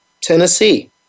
Tennessee